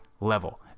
level